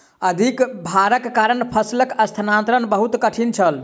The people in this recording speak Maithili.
अधिक भारक कारण फसिलक स्थानांतरण बहुत कठिन छल